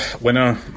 winner